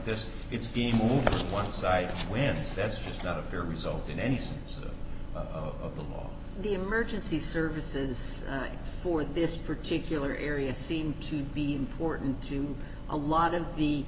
wins that's just not a fair result in any sense of the law the emergency services for this particular area seem to be important to a lot of the